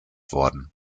worden